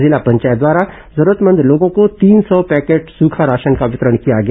जिला पंचायत द्वारा जरूरतमंद लोगों को तीन सौ पैकेट सूखा राशन का वितरण किया गया